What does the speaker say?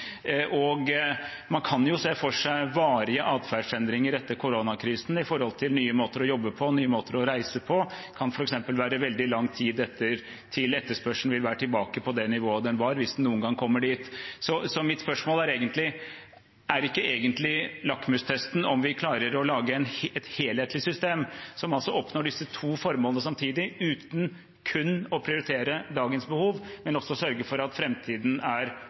Man kan jo se for seg varige atferdsendringer etter koronakrisen når det gjelder nye måter å jobbe på, nye måter å reise på. Det kan f.eks. ta veldig lang tid før etterspørselen vil være tilbake på det nivået den var, hvis den noen gang kommer dit. Så mitt spørsmål er: Er ikke egentlig lakmustesten om vi klarer å lage et helhetlig system som oppnår disse to formålene samtidig – uten kun å prioritere dagens behov, men også å sørge for at framtiden er tungt til stede i de planene vi legger i de neste ukene? Jeg er